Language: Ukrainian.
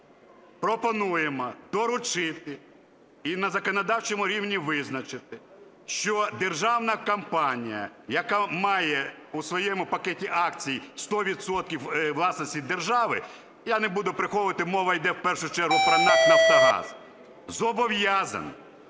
пропонуємо доручити і на законодавчому рівні визначити, що державна компанія, яка має у своєму пакеті акцій 100 відсотків власності держави (я не буду приховувати, мова йде в першу чергу про НАК "Нафтогаз") зобов'язана